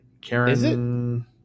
karen